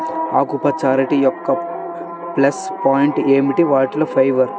ఆకుపచ్చ అరటి యొక్క ప్లస్ పాయింట్ ఏమిటంటే వాటిలో ఫైబర్